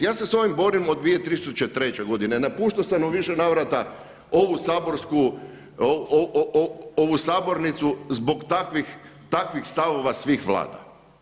Ja se s ovim borim od 2003. godine, napuštao sam u više navrata ovu saborsku, ovu sabornicu zbog takvih stavova svih Vlada.